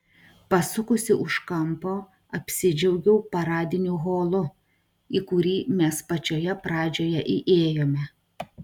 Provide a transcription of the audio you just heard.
pasukusi už kampo apsidžiaugiau paradiniu holu į kurį mes pačioje pradžioje įėjome